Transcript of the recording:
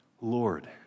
Lord